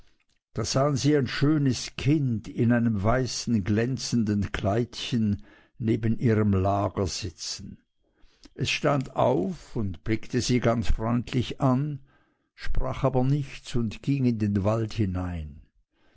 da sahen sie ein schönes kind in einem weißen glänzenden kleidchen neben ihrem lager sitzen es stand auf und blickte sie ganz freundlich an sprach aber nichts und ging in den wald hinein